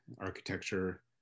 architecture